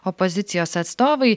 opozicijos atstovai